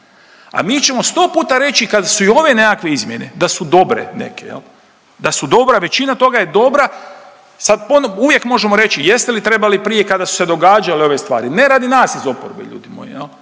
a mi ćemo 100 puta reći, kada su i ove nekakve izmjene, da su dobre neke, je li, da su dobra, većina toga je dobra, sad ono, uvijek možemo reći jeste li trebali prije kada su se događale ove stvari, ne radi nas iz oporbe ljudi moji